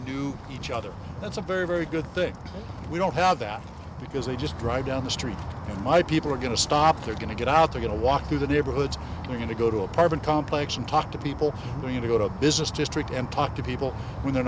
knew each other that's a very very good thing we don't have that because they just drive down the street and my people are going to stop they're going to get out they're going to walk through the neighborhoods they're going to go to apartment complex and talk to people going to go to a business district and talk to people when they're